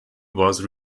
was